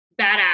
Badass